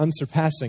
unsurpassing